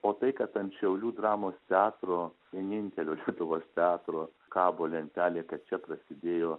o tai kad ant šiaulių dramos teatro vienintelio lietuvos teatro kabo lentelė kad čia prasidėjo